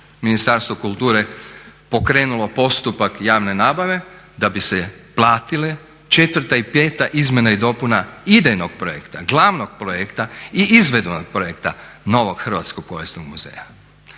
Ministarstvo kulture pokrenulo postupak javne nabave da bi se platile 4. i 5. izmjena i dopuna idejnog projekta, glavnog projekta i izvedba projekta novog Hrvatskog povijesnog muzeja.